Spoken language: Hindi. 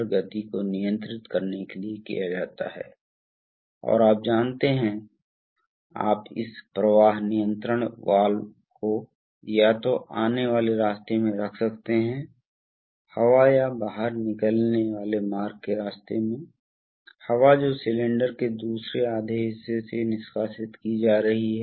तो मध्यम दबाव मोड में जो हो रहा है वह निम्न है इसलिए मध्यम दबाव मोड में हमने सोलनॉइड A को सक्रिय किया है तो जहां हमने सक्रिय सोलनॉइड A किया है हम मान लेंगे कि यह स्थिति वाल्व की यह स्थिति सक्रिय है